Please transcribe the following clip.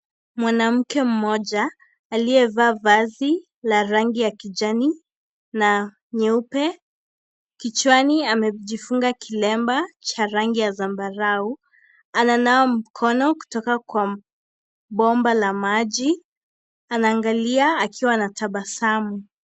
Mwanamke mmoja aliyevaa vazi la rangi ya kijani na nyeupe , kichwani amejifunga kilemba cha rangi ya zambarau ananawa mkono kutoka kwa bomba la maji anaangalia akiwa anatabasamu.